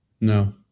No